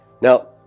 Now